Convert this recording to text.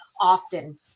often